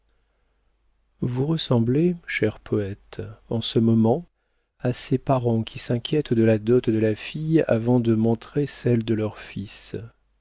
vous ressemblez cher poëte en ce moment à ces parents qui s'inquiètent de la dot de la fille avant de montrer celle de leur fils